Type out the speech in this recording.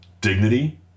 dignity